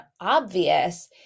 obvious